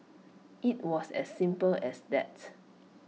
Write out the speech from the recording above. IT was as simple as that